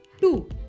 two